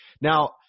Now